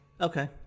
Okay